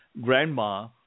grandma